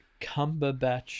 Cumberbatch